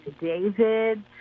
David